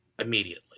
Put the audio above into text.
immediately